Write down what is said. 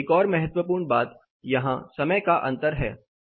एक और महत्वपूर्ण बात यहाँ समय का अंतर है